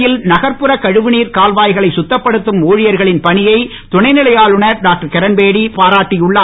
புதுவையில் நகர்ப்புற கழிவுநீர் கால்வாய்கலை சுத்தப்படுத்தும் ஊழியர்களின் பணியை துணை நிலை ஆளுனர் டாக்டர் கிரண்பேடி பாராட்டி உள்ளார்